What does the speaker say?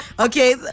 Okay